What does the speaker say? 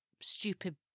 stupid